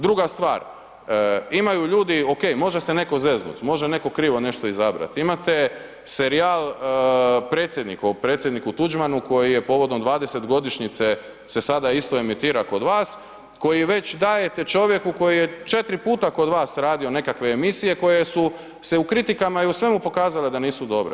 Druga stvar, imaju ljudi, ok može se neko zeznut, može neko krivo nešto izabrat, imate serijal „Predsjednik“ o Predsjedniku Tuđmanu koji je povodom 20 godišnjice se sada isto emitira kod vas, koji već dajete čovjeku koji je 4 puta kod vas radio nekakve emisije koje su se u kritikama i u svemu pokazale da nisu dobre.